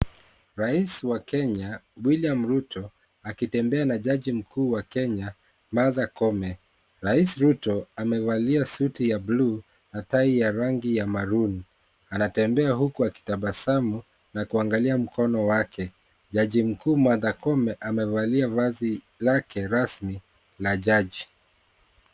Rais wa Kenya, William Ruto, akitembea na jaji mkuu wa Kenya, Martha Koome. Rais Ruto, amevalia suti ya blue na tai ya rangi ya maroon .Anatembea huku akitabasamu, na kuangalia mkono wake. Jaji mkuu, Martha Koome, amevalia vazi lake rasmi la jaji.